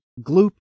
Gloop